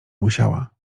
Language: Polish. musiała